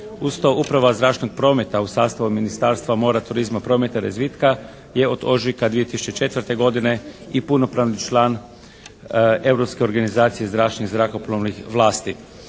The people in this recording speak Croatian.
Uz to uprava zračnog prometa u sastavu Ministarstva mora, turizma, prometa i razvitka je od ožujka 2004. godine i punopravni član Europske organizacije zračnih, zrakoplovnih vlasti.